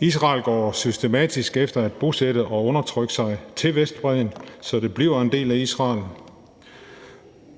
Israel går systematisk efter at bosætte og undertrykke sig til Vestbredden, så det bliver en del af Israel.